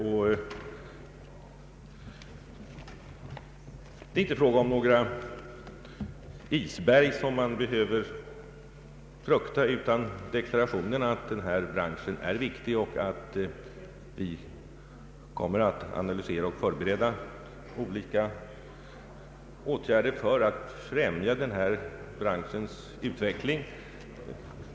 Det är här inte fråga om några isberg som man behöver frukta. Vad vi säger är att denna bransch är viktig och att vi kommer att analysera och förbereda olika åtgärder för att främja branschens utveck ling.